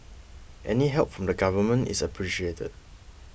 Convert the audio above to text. any help from the government is appreciated